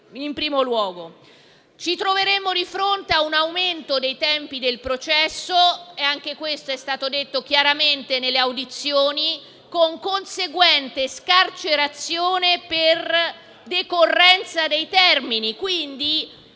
inoltre, di fronte ad un aumento dei tempi del processo, e anche questo è stato detto chiaramente nelle audizioni, con conseguente scarcerazione per decorrenza dei termini.